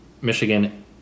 Michigan